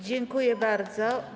Dziękuję bardzo.